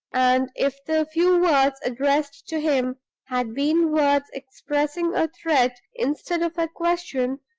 and if the few words addressed to him had been words expressing a threat instead of a question,